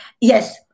Yes